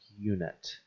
unit